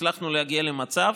הצלחנו להגיע למצב